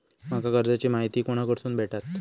माका कर्जाची माहिती कोणाकडसून भेटात?